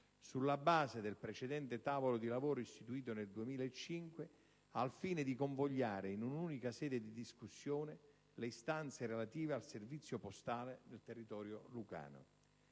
sulla base del precedente tavolo di lavoro istituito nel 2005, al fine di convogliare in un'unica sede di discussione le istanze relative al servizio postale nel territorio lucano.